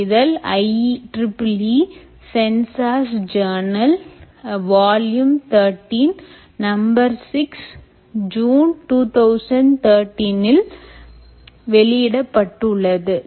இந்த இதழ் IEEE sensors journal a volume 13 number 6 June 2013 இல் வெளியிடப்பட்டுள்ளது